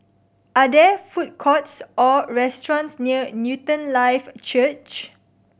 are there food courts or restaurants near Newton Life Church